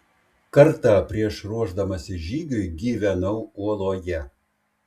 kartą prieš ruošdamasis žygiui gyvenau uoloje